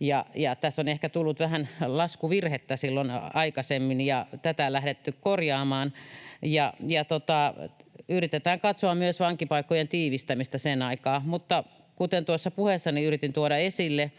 niin tässä on ehkä tullut vähän laskuvirhettä silloin aikaisemmin, ja tätä on lähdetty korjaamaan. Yritetään katsoa myös vankipaikkojen tiivistämistä sen aikaa. Kuten tuossa puheessani yritin tuoda esille,